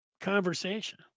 conversation